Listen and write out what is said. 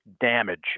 damage